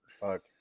fuck